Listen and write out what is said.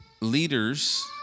Leaders